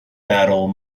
battle